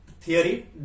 Theory